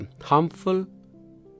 Harmful